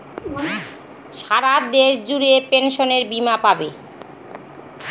সারা দেশ জুড়ে পেনসনের বীমা পাবে